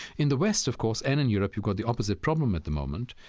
in the west, of course, and in europe, you've got the opposite problem at the moment.